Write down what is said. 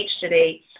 today